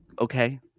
Okay